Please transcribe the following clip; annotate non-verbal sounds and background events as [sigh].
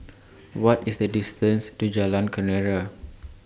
[noise] What IS The distance to Jalan Kenarah